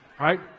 right